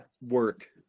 work